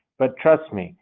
but trust me,